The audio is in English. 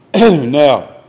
Now